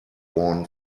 worn